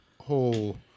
whole